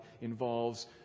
involves